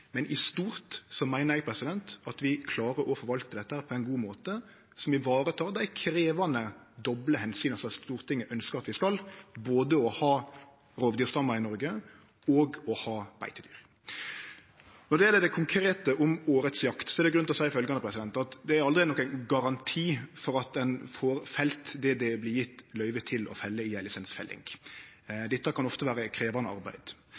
men i stort meiner eg at vi klarer å forvalte dette på ein god måte som varetek dei krevjande doble omsyna som Stortinget ønskjer at vi skal, både å ha rovdyrstammar i Noreg og å ha beitedyr. Når det gjeld det konkrete om årets jakt, er det grunn til å seie følgjande: Det er aldri nokon garanti for at ein får felt det det vert gjeve løyve til å felle i ei lisensfelling. Dette kan ofte vere krevjande arbeid.